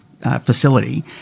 facility